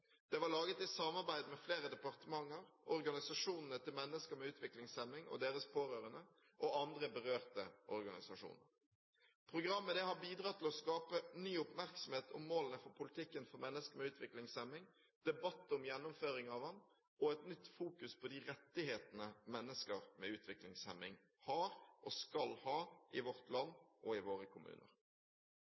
Det var laget i samarbeid med flere departementer, organisasjonene til mennesker med utviklingshemning og deres pårørende og andre berørte organisasjoner. Programmet har bidratt til å skape ny oppmerksomhet om målene for politikken for mennesker med utviklingshemning, debatt om gjennomføring av den og et nytt fokus på de rettighetene mennesker med utviklingshemning har og skal ha i vårt land, i våre kommuner.